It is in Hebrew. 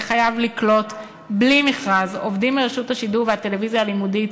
חייב לקלוט בלי מכרז עובדים מרשות השידור והטלוויזיה הלימודית,